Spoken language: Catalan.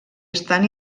estan